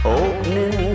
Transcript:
opening